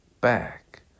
back